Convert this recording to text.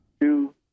Two